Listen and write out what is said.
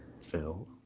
Phil